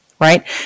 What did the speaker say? right